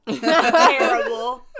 Terrible